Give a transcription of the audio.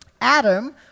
Adam